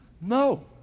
No